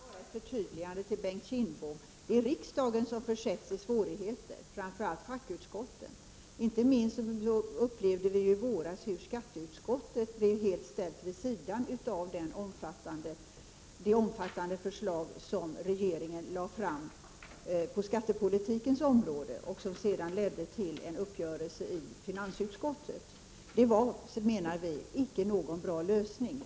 Herr talman! Bara ett förtydligande till Bengt Kindbom. Det är riksdagen som försätts i svårigheter, framför allt fackutskotten. I våras upplevde vi hur inte minst skatteutskottet blev helt ställt vid sidan om av det omfattande förslag som regeringen framlade på skattepolitikens område och som sedan ledde till en uppgörelse i finansutskottet. Det var, menar vi, icke någon bra lösning.